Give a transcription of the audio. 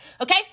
okay